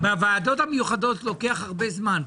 בוועדות המיוחדות לוקח הרבה זמן.